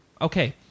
okay